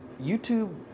YouTube